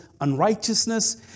unrighteousness